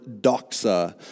doxa